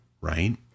right